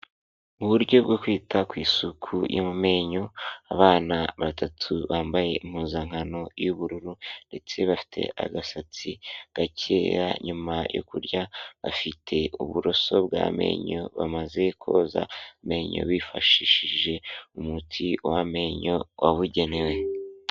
Uburyo bwo kwita ku isuku yo mumenyo. Abana batatu bambaye impuzankano y'ubururu ndetse bafite agasatsi gakeya, nyuma yo kurya bafite uburoso bw'amenyo bamaze koza amenyo bifashishije umuti w'amenyo wabugenewe.